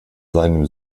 seinem